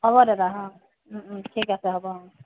হ'ব দাদা অঁ ওম ওম ঠিক আছে হ'ব অঁ